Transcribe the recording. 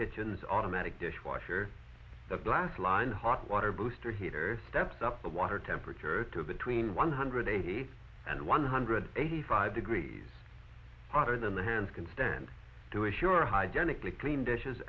kitchens automatic dishwasher that last line hot water booster heater steps up the water temperature to between one hundred eighty and one hundred eighty five degrees hotter than the hands can stand to assure hygenic to clean dishes